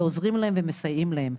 עוזרים להם ומסייעים להם,